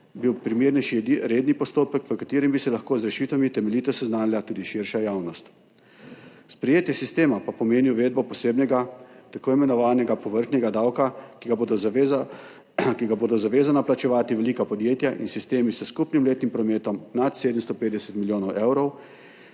bil primernejši redni postopek, v katerem bi se lahko z rešitvami temeljito seznanila tudi širša javnost. Sprejetje sistema pa pomeni uvedbo posebnega tako imenovanega povrhnjega davka, ki ga bodo zavezana plačevati velika podjetja in sistemi s skupnim letnim prometom nad 750 milijonov evrov